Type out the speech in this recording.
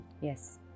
yes